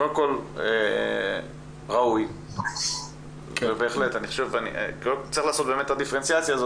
קודם כל, ראוי בהחלט וצריך לעשות דיפרנציאציה.